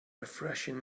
refreshing